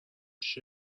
پیش